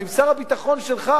אם שר הביטחון שלך,